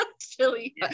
Chili